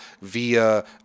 via